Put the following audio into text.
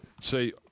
see